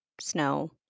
snow